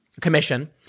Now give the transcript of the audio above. commission